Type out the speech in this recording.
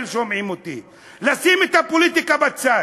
ששומעים אותי לשים את הפוליטיקה בצד.